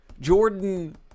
Jordan